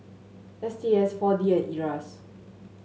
S T S four D and Iras